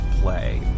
play